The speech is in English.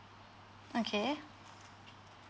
okay